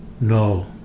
No